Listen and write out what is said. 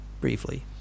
briefly